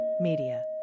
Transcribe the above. Media